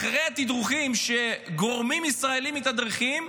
אחרי התדרוכים שגורמים ישראליים מתדרכים,